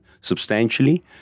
substantially